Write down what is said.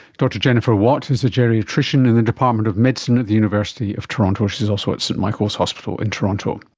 dr jennifer watt is a geriatrician in the department of medicine at the university of toronto. she is also at st michael's hospital in toronto